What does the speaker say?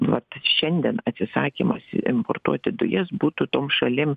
vat šiandien atsisakymas importuoti dujas būtų tom šalim